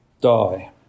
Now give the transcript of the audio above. die